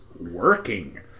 working